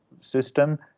system